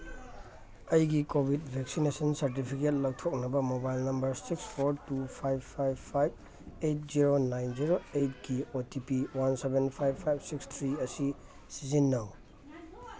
ꯑꯩꯒꯤ COVID vaccination certificate ꯂꯧꯊꯣꯛꯅꯕ mobile number six four two five five five eight zero nine zero ꯑꯩꯠꯀꯤ O T P one seven five five six three ꯑꯁꯤ ꯁꯤꯖꯤꯟꯅꯧ